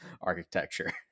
architecture